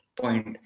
point